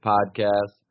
Podcast